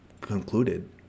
concluded